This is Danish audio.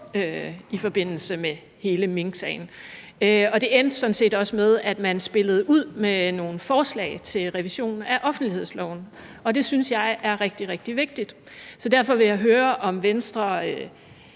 i forbindelse med hele minksagen, og det endte sådan set også med, at man spillede ud med nogle forslag til revision af offentlighedsloven, og det synes jeg er rigtig, rigtig vigtigt. Derfor vil jeg høre, om Venstre